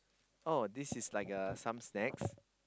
oh this is like uh some snacks